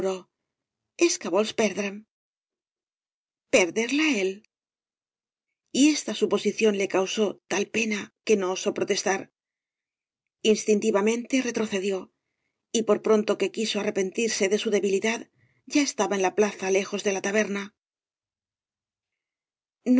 perderla él y esta suposición le causó tai pena que no osó protestar instintivamente retro cedió y por pronto que quiso arrepentirse de su debilidad ya estaba en la plaza lejos de la taberna